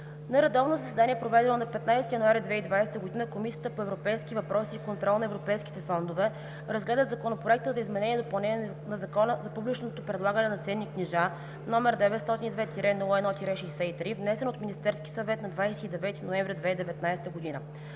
На редовно заседание, проведено на 15 януари 2020 г., Комисията по европейските въпроси и контрол на европейските фондове разгледа Законопроект за изменение и допълнение на Закона за публичното предлагане на ценни книжа, № 902-01-63, внесен от Министерския съвет на 29 ноември 2019 г.